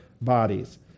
bodies